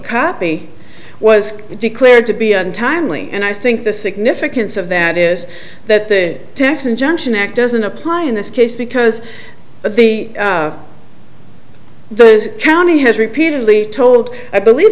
copy was declared to be untimely and i think the significance of that is that the tax injunction act doesn't apply in this case because the the county has repeatedly told i believe